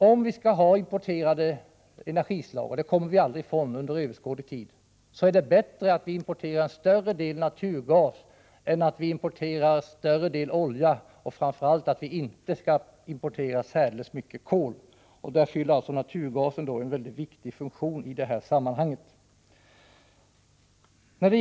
Om vi skall ha importerade energislag — och sådana kommer vi aldrig, i varje fall inte inom överskådlig tid, ifrån — är det bättre att större delen av importen gäller naturgas och inte olja. Framför allt skall vi inte importera särdeles mycket kol. Naturgasen fyller alltså en väldigt viktig funktion i detta sammanhang.